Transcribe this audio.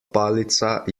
palica